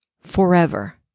forever